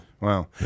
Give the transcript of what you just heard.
Wow